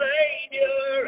Savior